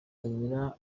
banyura